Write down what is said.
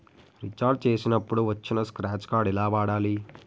Recharge చేసినప్పుడు వచ్చిన scratch card ఎలా వాడాలి?